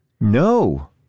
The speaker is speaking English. No